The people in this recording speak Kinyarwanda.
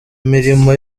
mirimo